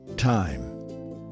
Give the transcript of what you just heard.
Time